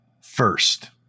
First